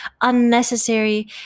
unnecessary